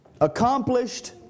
accomplished